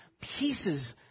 pieces